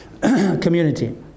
community